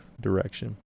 direction